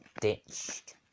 ditched